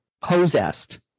possessed